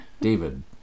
David